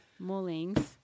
Mullings